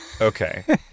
Okay